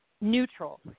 neutral